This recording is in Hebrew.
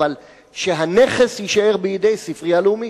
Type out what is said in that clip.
אבל שהנכס יישאר בידי הספרייה הלאומית.